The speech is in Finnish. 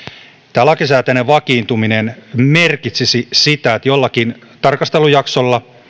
tämä lakisääteinen vakiintuminen merkitsisi sitä että jollakin tarkastelujaksolla